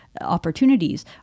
opportunities